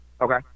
okay